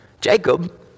Jacob